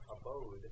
abode